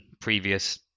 previous